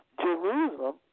Jerusalem